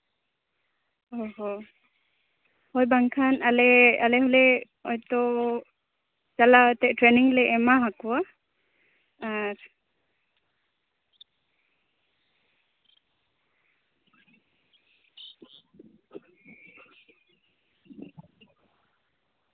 ᱚ ᱦᱚ ᱦᱳᱭ ᱵᱟᱝᱠᱷᱟᱱ ᱟᱞᱮ ᱟᱞᱮ ᱦᱚᱸᱞᱮ ᱦᱳᱭᱛᱳ ᱪᱟᱞᱟᱣ ᱠᱟᱛᱮᱫ ᱴᱨᱮᱱᱤᱝ ᱞᱮ ᱮᱢᱟ ᱦᱟᱠᱚᱣᱟ ᱟᱨ